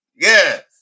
Yes